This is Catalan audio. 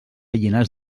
llinars